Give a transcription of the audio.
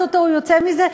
או-טו-טו הוא יוצא מזה,